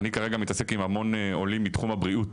אני כרגע מתעסק עם המון עולים מתחום הבריאות